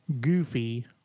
goofy